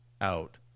out